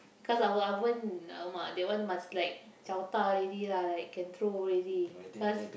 cause our oven !alamak! that one must like chao ta already lah like can throw already cause